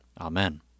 Amen